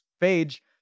page